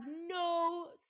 no